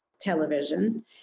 Television